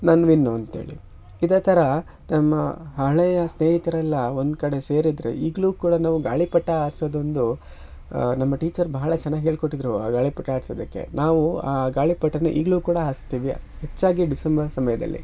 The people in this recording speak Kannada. ನಾನು ವಿನ್ನು ಅಂತೇಳಿ ಇದೇ ಥರ ನಮ್ಮ ಹಳೆಯ ಸ್ನೇಹಿತರೆಲ್ಲ ಒಂದು ಕಡೆ ಸೇರಿದರೆ ಈಗಲೂ ಕೂಡ ನಾವು ಗಾಳಿಪಟ ಹಾರ್ಸೋದ್ ಒಂದು ನಮ್ಮ ಟೀಚರ್ ಬಹಳ ಚೆನ್ನಾಗಿ ಹೇಳಿಕೊಟ್ಟಿದ್ರು ಆ ಗಾಳಿಪಟ ಆಡಿಸೋದಕ್ಕೆ ನಾವು ಆ ಗಾಳಿಪಟನ ಈಗಲೂ ಕೂಡ ಹಾರಿಸ್ತೀವಿ ಹೆಚ್ಚಾಗಿ ಡಿಸೆಂಬರ್ ಸಮಯದಲ್ಲಿ